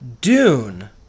dune